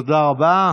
תודה רבה.